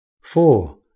four